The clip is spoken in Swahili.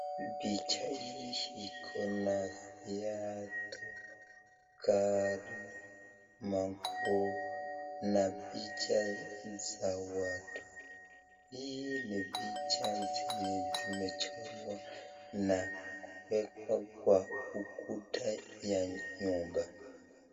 Picha hii iko na viatu, gari, maguo na picha za watu, hii nii picha zenye zimechorwa na kuwekwa kwa ukuta ya nyumba.